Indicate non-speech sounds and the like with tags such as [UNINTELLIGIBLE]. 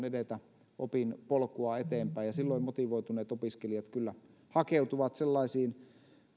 [UNINTELLIGIBLE] edetä opinpolkua eteenpäin ja silloin motivoituneet opiskelijat kyllä hakeutuvat sellaisiin